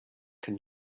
can